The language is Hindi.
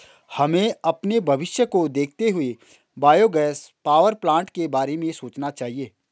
हमें अपने भविष्य को देखते हुए बायोगैस पावरप्लांट के बारे में सोचना चाहिए